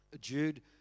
Jude